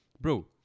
Bro